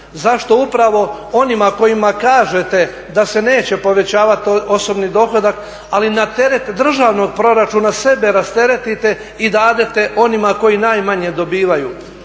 Zašto upravo onima kojima kažete da se neće povećavati osobni dohodak, ali na teret državnog proračuna sebe rasteretite i dadete onima koji najmanje dobivaju.